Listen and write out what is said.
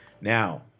now